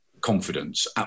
confidence